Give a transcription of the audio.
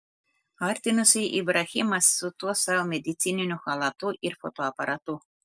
artinosi ibrahimas su tuo savo medicininiu chalatu ir fotoaparatu